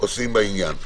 עושים בעניין.